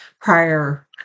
prior